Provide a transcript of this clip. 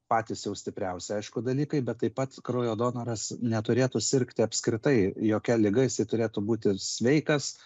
patys jau stipriausi aišku dalykai bet taip pat kraujo donoras neturėtų sirgti apskritai jokia liga jisai turėtų būti sveikas